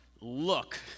Look